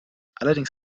allerdings